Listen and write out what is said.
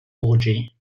orgy